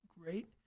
great